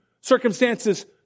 circumstances